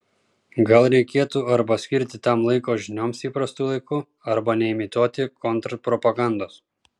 gal reikėtų arba skirti tam laiko žinioms įprastu laiku arba neimituoti kontrpropagandos